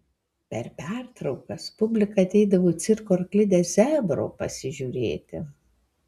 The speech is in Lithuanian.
per pertraukas publika ateidavo į cirko arklidę zebro pasižiūrėti